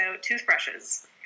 toothbrushes